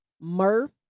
Murph